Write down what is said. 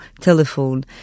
telephone